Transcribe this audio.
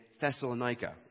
Thessalonica